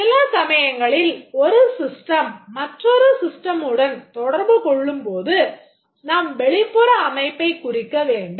சில சமயங்களில் ஒரு system மற்றொரு systemமுடன் தொடர்பு கொள்ளும்போது நாம் வெளிப்புற அமைப்பைக் குறிக்க வேண்டும்